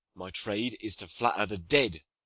my trade is to flatter the dead,